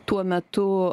tuo metu